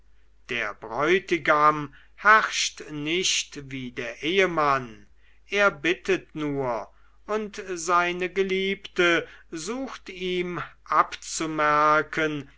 der bräutigam herrscht nicht wie der ehemann er bittet nur und seine geliebte sucht ihm abzumerken